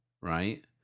right